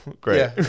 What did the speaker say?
great